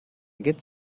get